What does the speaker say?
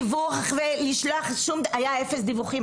דיווח היו אפס דיווחים,